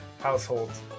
households